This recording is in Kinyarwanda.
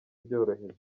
byoroheje